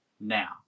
now